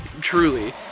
truly